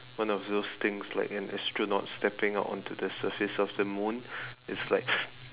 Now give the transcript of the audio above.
one of those things like an astronaut stepping out onto the surface of the moon it's like